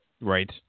Right